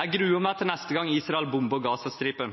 Jeg gruer meg til neste gang Israel bomber Gazastripen.